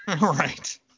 Right